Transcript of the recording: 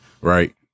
Right